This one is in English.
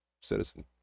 citizen